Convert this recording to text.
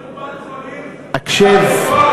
הסכת, הקשב,